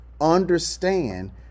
understand